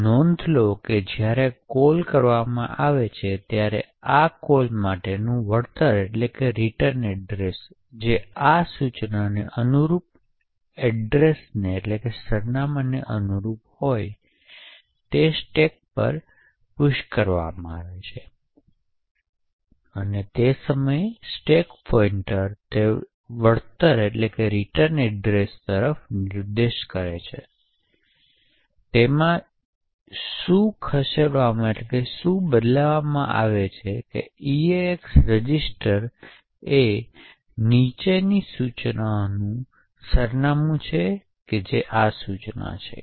તેથી નોંધ લો કે જ્યારે કોલ કરવામાં આવે ત્યારે આ કોલ માટેનું વળતર સરનામું જે આ સૂચનાને અનુરૂપ સરનામાંને અનુરૂપ હોય તે સ્ટેક પર પુશ કરવામાં આવે છે અને તે સમયે સ્ટેક પોઇંટર તે વળતર સરનામાં તરફ નિર્દેશ કરે છે તેથી તેમાં શું ખસેડવામાં આવે છે ઇએક્સ રજીસ્ટર એ નીચેની સૂચનાનું સરનામું છે જે આ સૂચના છે